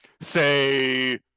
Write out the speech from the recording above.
say